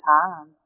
time